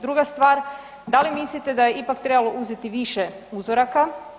Druga stvar, da li mislite da je ipak trebalo uzeti više uzoraka?